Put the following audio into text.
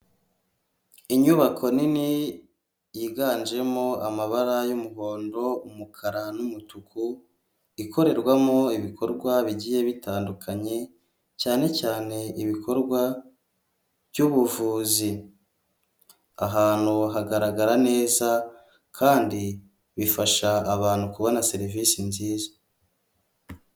Inyubako nini yiganjemo amabara y'umuhondo, umukara n'umutuku, ikorerwamo ibikorwa bigiye bitandukanye cyane cyane ibikorwa by'ubuvuzi, ahantu hagaragara neza kandi bifasha abantu kubona serivisi nziza.